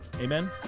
Amen